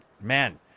man